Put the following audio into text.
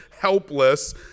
helpless